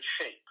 shape